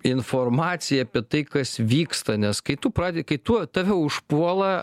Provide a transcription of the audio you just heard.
informacijai apie tai kas vyksta nes kai tu prade kai tu tave užpuola